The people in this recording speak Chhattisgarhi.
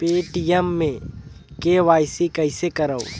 पे.टी.एम मे के.वाई.सी कइसे करव?